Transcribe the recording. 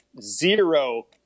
zero